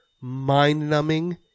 mind-numbing